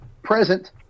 present